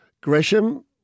Gresham